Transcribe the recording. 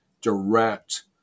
direct